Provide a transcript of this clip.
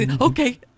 Okay